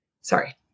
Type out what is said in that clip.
Sorry